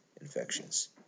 infections